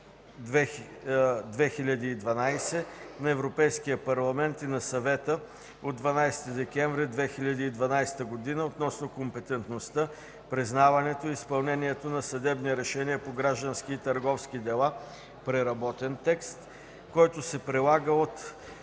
1215/2012 на Европейския парламент и на Съвета от 12 декември 2012 г. относно компетентността, признаването и изпълнението на съдебни решения по граждански и търговски дела (преработен текст), който се прилага от